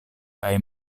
kaj